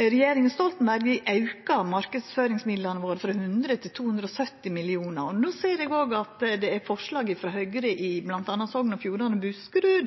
Regjeringa Stoltenberg auka marknadsføringsmidlane våre frå 100 til 270 mill. kr. No ser eg òg at det er forslag frå Høgre i bl.a. Sogn og Fjordane og Buskerud